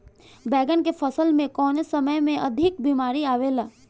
बैगन के फसल में कवने समय में अधिक बीमारी आवेला?